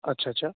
अच्छा अच्छा